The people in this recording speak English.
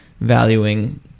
valuing